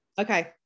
Okay